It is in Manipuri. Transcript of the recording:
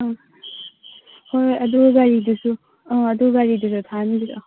ꯍꯣꯏ ꯍꯣꯏ ꯑꯗꯨꯒ ꯒꯥꯔꯤꯗꯨꯁꯨ ꯑ ꯑꯗꯨ ꯒꯥꯔꯤꯗꯨꯁꯨ ꯊꯥꯍꯟꯕꯤꯔꯛꯑꯣ